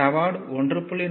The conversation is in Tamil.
சமன்பாடு 1